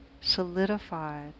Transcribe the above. solidified